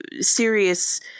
serious